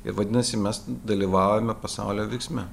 ir vadinasi mes dalyvavome pasaulio vyksme